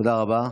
תודה רבה.